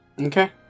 Okay